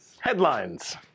Headlines